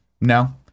No